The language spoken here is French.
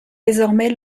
désormais